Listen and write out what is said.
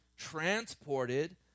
transported